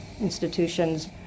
institutions